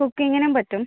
കുക്കിങ്ങിനും പറ്റും